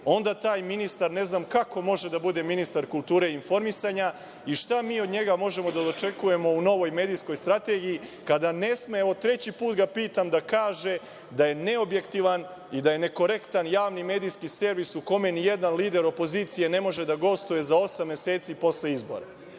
onda taj ministar, ne znam kako može da bude ministar kulture i informisanja, i šta mi od njega možemo da očekujemo u novoj medijskoj strategiji, kada ne sme, evo treći put ga pitam da kaže da je neobjektivan i da je nekorektan javni medijski servis u kome lider opozicije ne može da gostuje za osam meseci posle izbora. Na